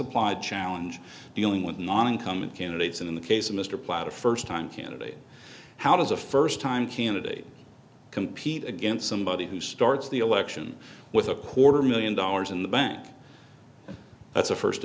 applied challenge dealing with non incumbent candidates and in the case of mr platt a first time candidate how does a first time candidate compete against somebody who starts the election with a porter million dollars in the bank that's a first